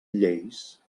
lleis